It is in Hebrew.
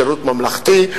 שירות ממלכתי,